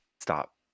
stop